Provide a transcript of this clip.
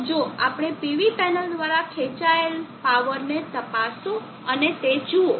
તો જો આપણે PV પેનલ દ્વારા ખેંચાયેલ પાવરને તપાસો અને તે જુઓ